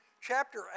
chapter